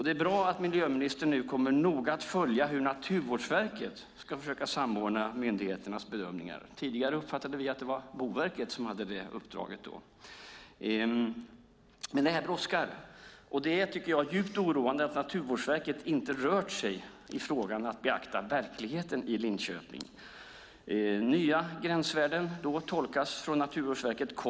Det är bra att miljöministern nu noga kommer att följa hur Naturvårdsverket ska försöka samordna myndigheternas bedömningar - tidigare uppfattade vi att det var Boverket som hade det uppdraget. Men det här brådskar, och det är, tycker jag, djupt oroande att Naturvårdsverket inte har rört sig i fråga om att beakta verkligheten i Linköping. Nya gränsvärden - det tolkas kompromisslöst av Naturvårdsverket.